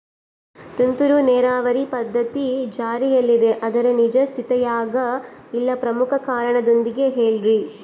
ತುಂತುರು ನೇರಾವರಿ ಪದ್ಧತಿ ಜಾರಿಯಲ್ಲಿದೆ ಆದರೆ ನಿಜ ಸ್ಥಿತಿಯಾಗ ಇಲ್ಲ ಪ್ರಮುಖ ಕಾರಣದೊಂದಿಗೆ ಹೇಳ್ರಿ?